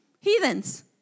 heathens